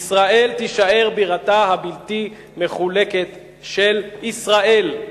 ירושלים תישאר בירתה הבלתי-מחולקת של ישראל.